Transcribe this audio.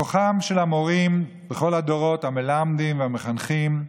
בכוחם של המורים בכל הדורות, המלמדים והמחנכים,